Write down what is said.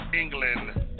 England